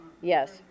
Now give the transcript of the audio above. Yes